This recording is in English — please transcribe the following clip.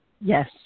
Yes